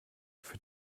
für